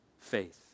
faith